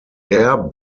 air